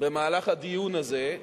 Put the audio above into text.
במהלך הדיון הזה,